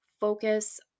focus